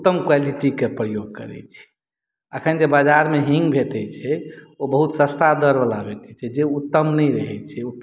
उत्तम क़्वालिटी के प्रयोग करै छी अखन जे बाजार मे हींग भेटै छै ओ बहुत सस्ता दर वला भेटै छै जे उत्तम नहि रहै छै